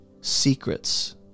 secrets